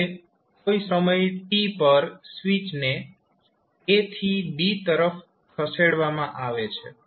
હવે કોઈ સમય t પર સ્વીચને a થી b તરફ ખસેડવામાં આવે છે